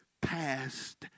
past